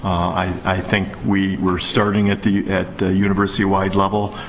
i think we were starting at the at the university-wide level.